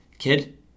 Kid